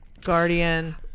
guardian